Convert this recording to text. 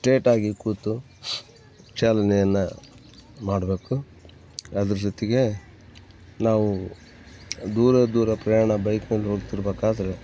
ಸ್ಟ್ರೇಟಾಗಿ ಕೂತು ಚಾಲನೆಯನ್ನು ಮಾಡಬೇಕು ಅದ್ರ ಜೊತೆಗೆ ನಾವು ದೂರ ದೂರ ಪ್ರಯಾಣ ಬೈಕ್ನಲ್ಲಿ ಹೋಗ್ತಿರಬೇಕಾದ್ರೆ